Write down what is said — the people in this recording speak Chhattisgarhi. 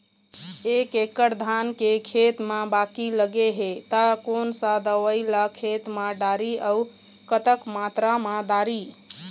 एक एकड़ धान के खेत मा बाकी लगे हे ता कोन सा दवई ला खेत मा डारी अऊ कतक मात्रा मा दारी?